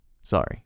Sorry